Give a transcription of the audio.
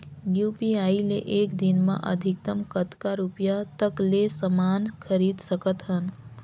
UPI ले एक दिन म अधिकतम कतका रुपिया तक ले समान खरीद सकत हवं?